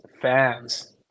fans